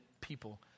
people